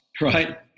right